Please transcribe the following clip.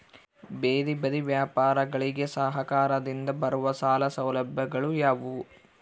ಬೇದಿ ಬದಿ ವ್ಯಾಪಾರಗಳಿಗೆ ಸರಕಾರದಿಂದ ಬರುವ ಸಾಲ ಸೌಲಭ್ಯಗಳು ಯಾವುವು?